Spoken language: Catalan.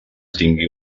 tingui